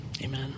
Amen